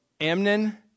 Amnon